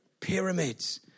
pyramids